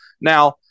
Now